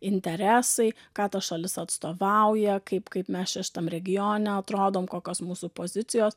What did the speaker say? interesai ką ta šalis atstovauja kaip kaip mes čia šitam regione atrodom kokios mūsų pozicijos